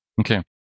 Okay